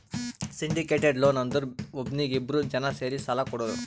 syndicated loan ಅಂದುರ್ ಒಬ್ನೀಗಿ ಇಬ್ರು ಜನಾ ಸೇರಿ ಸಾಲಾ ಕೊಡೋದು